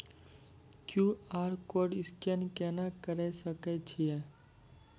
QR code scan केना करै सकय छियै?